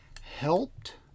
helped